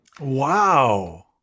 wow